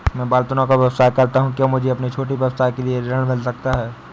मैं बर्तनों का व्यवसाय करता हूँ क्या मुझे अपने छोटे व्यवसाय के लिए ऋण मिल सकता है?